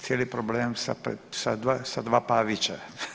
Cijeli problem sa dva Pavića.